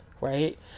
Right